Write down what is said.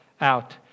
out